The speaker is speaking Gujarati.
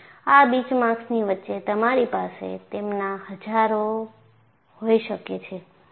આ બીચમાર્ક્સની વચ્ચે તમારી પાસે તેમાના હજારો હોઈ શકે છે